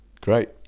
Great